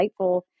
insightful